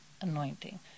anointing